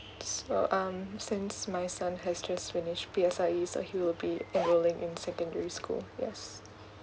so um since my son has just finished P_S_L_E so he will be enroling in secondary school yes